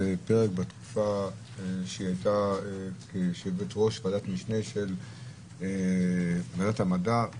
פרק בתקופה שהיא הייתה יושבת-ראש ועדת המשנה של ועדת המדע,